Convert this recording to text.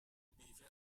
بیوه